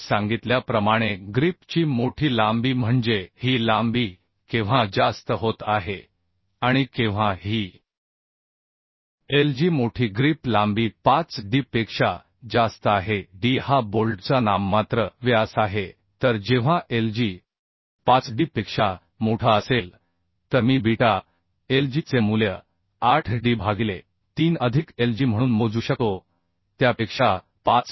मी सांगितल्याप्रमाणे ग्रिप ची मोठी लांबी म्हणजे ही लांबी केव्हा जास्त होत आहे आणि केव्हा ही lg मोठी ग्रिप लांबी 5d पेक्षा जास्त आहे d हा बोल्टचा नाममात्र व्यास आहे तर जेव्हा lg 5d पेक्षा मोठा असेल तर मी बीटा lg चे मूल्य 8d भागिले 3 अधिक lg म्हणून मोजू शकतो त्यापेक्षा 5d पेक्षा जास्त होईल बरोबर आणिलक्षात घ्या की बीटा lg